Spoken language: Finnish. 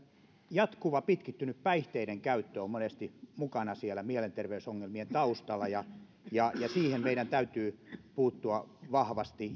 jatkuva pitkittynyt päihteiden käyttö on monesti mukana siellä mielenterveysongelmien taustalla ja ja siihen meidän täytyy puuttua vahvasti